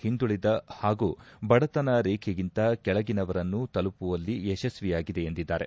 ಹಿಂದುಳಿದ ಹಾಗೂ ಬಡತನ ರೇಖೆಗಿಂತ ಕೆಳಗಿನವವರನ್ನು ತಲುಪುವಲ್ಲಿ ಯಶಸ್ವಿಯಾಗಿದೆ ಎಂದಿದ್ದಾರೆ